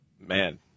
Man